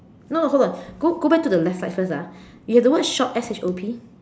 no no hold on go go back to the left side first ah you the word shop S H O P